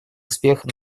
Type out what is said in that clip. успеха